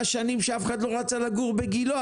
היו שנים שאף אחד לא רצה לגור בגילה,